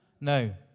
No